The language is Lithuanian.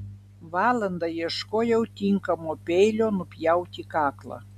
valandą ieškojau tinkamo peilio nupjauti kaklą